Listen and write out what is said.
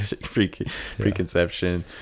preconception